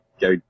go